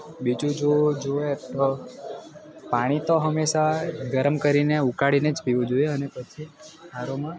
બીજું જો જોઈએ તો પાણી તો હંમેશા ગરમ કરીને ઉકાળીને જ પીવું જોઈએ અને પછી આરોમાં